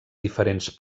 diferents